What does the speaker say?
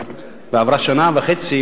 ועברה שנה וחצי,